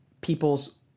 people's